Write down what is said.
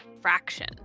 fraction